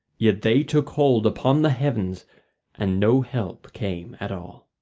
yet they took hold upon the heavens and no help came at all.